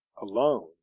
alone